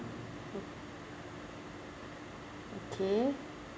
okay